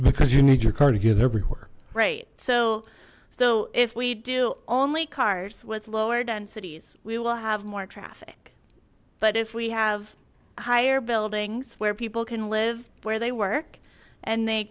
because you need your car to get everywhere right so so if we do only cars with lower densities we will have more traffic but if we have higher buildings where people can live where they work and they